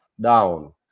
down